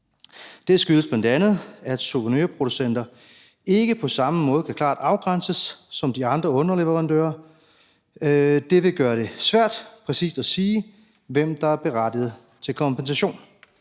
Det skyldes bl.a., at souvenirproducenter ikke på samme måde klart kan afgrænses som de andre underleverandører. Det vil gøre det svært præcist at sige, hvem der er berettiget til kompensation.